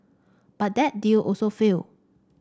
but that deal also failed